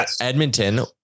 Edmonton